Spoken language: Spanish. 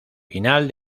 final